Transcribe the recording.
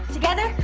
together,